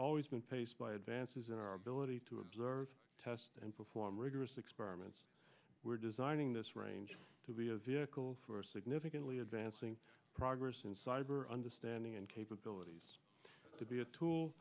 always been paced by advances in our ability to observe test and perform rigorous experiments we're designing this range to be a vehicle for significantly advancing progress in cyber understanding and capabilities to be a tool